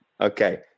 okay